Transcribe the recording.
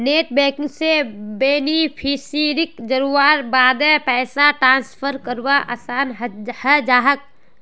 net banking स बेनिफिशियरीक जोड़वार बादे पैसा ट्रांसफर करवा असान है जाछेक